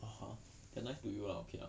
(uh huh) they're nice to you lah okay lah